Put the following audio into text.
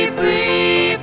free